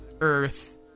Earth